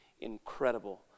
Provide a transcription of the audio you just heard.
incredible